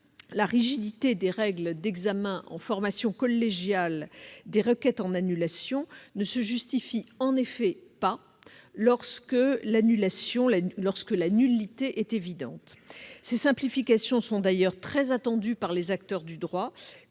la rigidité des règles d'examen en formation collégiale des requêtes en annulation ne se justifie pas lorsque la nullité est évidente. Ces simplifications sont d'ailleurs très attendues par les acteurs du droit,